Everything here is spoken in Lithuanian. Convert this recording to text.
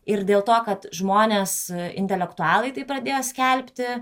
ir dėl to kad žmonės intelektualai tai pradėjo skelbti